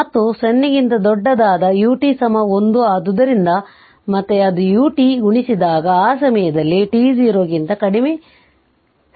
ಮತ್ತು 0 ಕ್ಕಿಂತ ದೊಡ್ಡದಾದ ut 1 ಆದ್ದರಿಂದ ಮತ್ತೆ ಅದು ut ಗುಣಿಸಿದಾಗ ಆ ಸಮಯದಲ್ಲಿ t 0 ಕ್ಕಿಂತ ಕಡಿಮೆ ಸ್ವಿಚ್ ತೆರೆದಿರುತ್ತದೆ